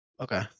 Okay